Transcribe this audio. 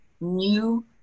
new